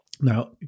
Now